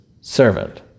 servant